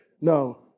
No